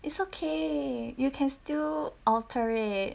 it's okay you can still alter it